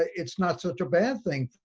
it's not such a bad thing